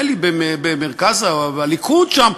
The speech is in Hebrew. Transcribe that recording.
נדמה לי במרכז הליכוד שם,